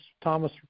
Thomas